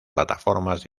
plataformas